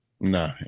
nah